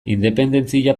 independentzia